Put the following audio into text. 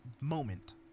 moment